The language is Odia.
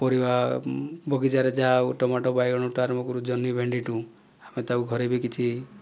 ପରିବା ବଗିଚାରେ ଯାହା ହେବ ଟମାଟୋ ବାଇଗଣଠୁ ଆରମ୍ଭ କରୁ ଜହ୍ନି ଭେଣ୍ଡିଠୁ ଆମେ ତାକୁ ଘରେ ବି କିଛି